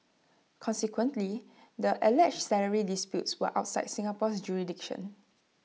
consequently the alleged salary disputes were outside Singapore's jurisdiction